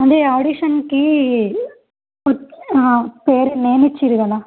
అదే ఆడిషన్కి పేరు నేమ్ ఇచ్చారు కదా